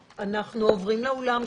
בשעה 13:00.